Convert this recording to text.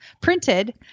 printed